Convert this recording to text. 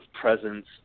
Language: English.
presence